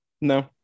No